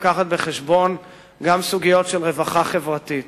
לקחת בחשבון גם סוגיות של רווחה חברתית.